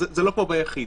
זה לא כמו ביחיד.